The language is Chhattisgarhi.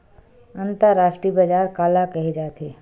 अंतरराष्ट्रीय बजार काला कहे जाथे?